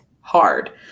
hard